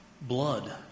blood